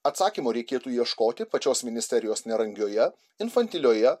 atsakymo reikėtų ieškoti pačios ministerijos nerangioje infantilioje